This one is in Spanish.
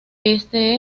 este